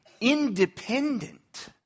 independent